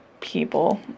people